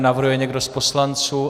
Navrhuje někdo z poslanců?